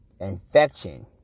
infection